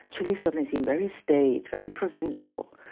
chile suddenly seemed very staid, very provincial,